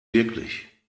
wirklich